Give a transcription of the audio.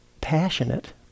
passionate